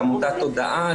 ועמותת "תודעה",